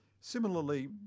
Similarly